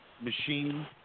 Machine